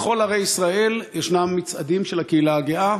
בכל ערי ישראל יש מצעדים של הקהילה הגאה: